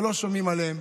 ולא שומעים עליהן,